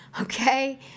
Okay